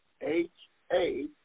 H-A